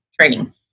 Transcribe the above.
training